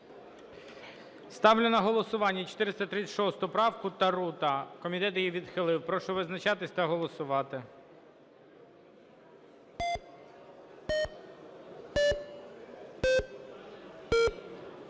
Ставлю на голосування 436 правка, Тарута. Комітет її відхилив. Прошу визначатися та голосувати.